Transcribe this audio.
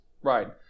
Right